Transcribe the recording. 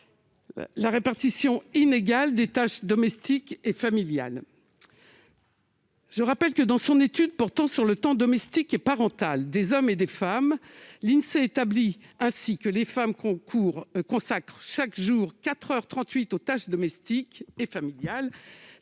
une répartition inégale des tâches domestiques et familiales. Je rappelle que, dans une étude portant sur le temps domestique et parental des hommes et des femmes, l'Insee a établi que les femmes consacrent chaque jour 4 heures 38 aux tâches domestiques et familiales,